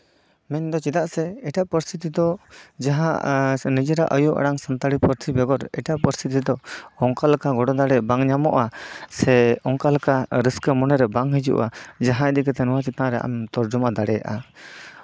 ᱢᱮᱱ ᱫᱚ ᱪᱮᱫᱟᱜ ᱥᱮ ᱮᱴᱟᱜ ᱯᱟᱹᱨᱥᱤ ᱛᱮᱫᱚ ᱡᱟᱦᱟᱸ ᱱᱤᱡᱮᱨᱟᱜ ᱟᱭᱳ ᱟᱲᱟᱝ ᱥᱟᱱᱛᱟᱲᱤ ᱯᱟᱹᱨᱥᱤ ᱵᱮᱜᱚᱨ ᱮᱴᱟᱜ ᱯᱟᱹᱨᱥᱤ ᱨᱮᱫᱚ ᱚᱱᱠᱟ ᱞᱮᱠᱟ ᱜᱚᱲᱚ ᱫᱟᱲᱮ ᱵᱟᱝ ᱧᱟᱢᱚᱜᱼᱟ ᱥᱮ ᱚᱱᱠᱟ ᱞᱮᱠᱟ ᱨᱟᱹᱥᱠᱟᱹ ᱢᱚᱱᱮᱨᱮ ᱵᱟᱝ ᱦᱤᱡᱩᱜᱼᱟ ᱡᱟᱦᱟᱸ ᱤᱫᱤ ᱠᱟᱛᱮᱜ ᱱᱚᱣᱟ ᱪᱮᱛᱟᱱᱨᱮ ᱟᱢ ᱛᱚᱨᱡᱚᱢᱟ ᱫᱟᱲᱮᱭᱟᱜᱼᱟ